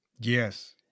yes